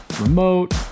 Remote